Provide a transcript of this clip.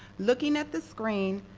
looking at the screen,